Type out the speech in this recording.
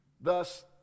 Thus